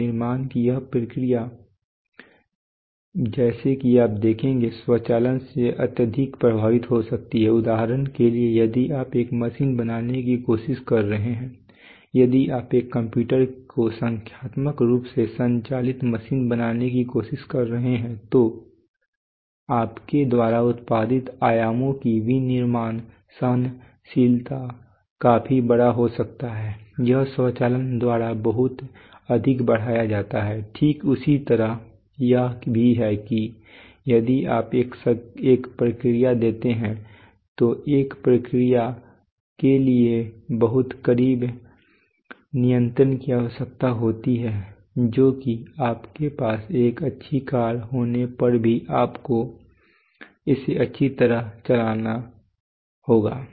अब निर्माण की यह प्रक्रिया जैसा कि आप देखेंगे स्वचालन से अत्यधिक प्रभावित हो सकती है उदाहरण के लिए यदि आप एक मशीन बनाने की कोशिश कर रहे हैं यदि आप एक कंप्यूटर को संख्यात्मक रूप से संचालित मशीन बनाने की कोशिश कर रहे हैं तो आपके द्वारा उत्पादित आयामों की विनिर्माण सहनशीलता काफी बड़ा हो सकता है यह स्वचालन द्वारा बहुत अधिक बढ़ाया जाता है ठीक इसी तरह यह भी है कि यदि आप एक प्रक्रिया देते हैं तो एक प्रक्रिया के लिए बहुत करीबी नियंत्रण की आवश्यकता होती है जो कि आपके पास एक अच्छी कार होने पर भी आपको इसे अच्छी तरह चलाना होगा